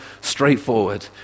straightforward